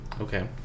Okay